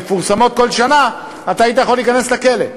שמתפרסמות בכל שנה, אתה היית יכול להיכנס לכלא.